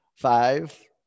Five